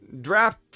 draft